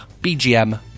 bgm